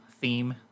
theme